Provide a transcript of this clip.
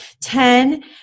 Ten